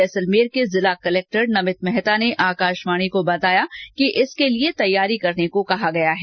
जैसलमेर के जिला कलेक्टर नमित मेहता ने आकाशवाणी को बताया कि इसके लिए तैयारी करने को कहा गया है